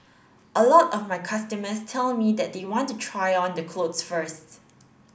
a lot of my customers tell me they want to try on the clothes first